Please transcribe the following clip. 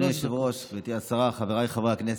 אדוני היושב-ראש, גברתי השרה, חבריי חברי הכנסת,